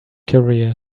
career